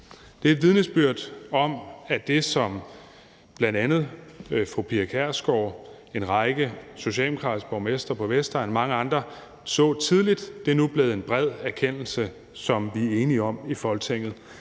Det er et vidnesbyrd om, at det, som bl.a. fru Pia Kjærsgaard, en række socialdemokratiske borgmestre på Vestegnen og mange andre så tidligt, nu er blevet en bred erkendelse, som vi er enige om i Folketinget.